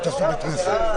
שוב - תיקון מס' 8,